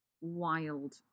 wild